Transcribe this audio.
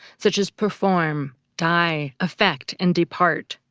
such as perform, die, affect, and depart.